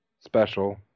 special